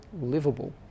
livable